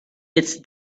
its